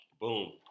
Boom